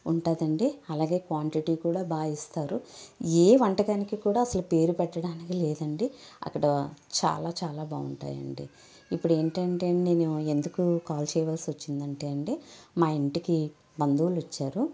ఉంటుందండి అలాగే క్వాంటిటీ కూడా బాగా ఇస్తారు ఏ వంటకానికి కూడా అసలు పేరు పెట్టడానికి లేదండి అక్కడ చాలా చాలా బాగుంటాయండి ఇప్పుడు ఏంటంటే నేను ఎందుకు కాల్ చేయవలసి వచ్చిందంటే అండి మా ఇంటికి బంధువులు వచ్చారు